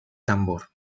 tambor